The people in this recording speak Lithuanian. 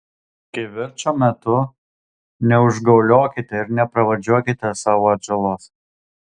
kivirčo metu neužgauliokite ir nepravardžiuokite savo atžalos